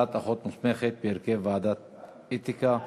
(הכללת אחות מוסמכת בהרכב ועדת אתיקה),